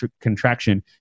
contraction